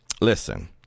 Listen